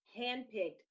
handpicked